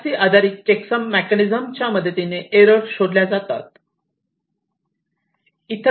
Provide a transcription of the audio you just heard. CRC आधारित checksum mechanism च्या मदतीने एरर शोधल्या जातात